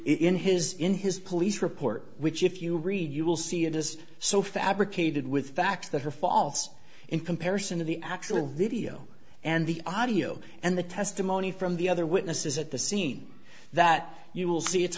in his in his police report which if you read you will see it is so fabricated with facts that are false in comparison to the actual video and the audio and the testimony from the other witnesses at the scene that you will see it's